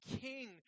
king